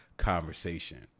Conversation